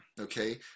Okay